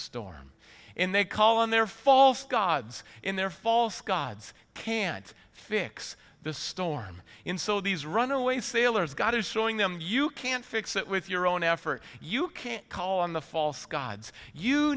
storm and they call on their false gods in their false gods can't fix the storm in so these runaway sailors god is showing them you can't fix it with your own effort you can't call on the false gods you